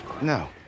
No